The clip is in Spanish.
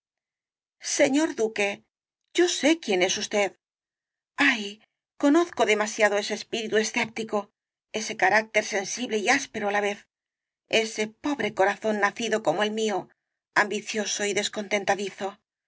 señor duque yo sé quién es usted ay conozco demasiado ese espíritu escéptico ese carácter sensible y áspero á la vez ese pobre corazón nacido como el mío ambicioso y descontentadizo lo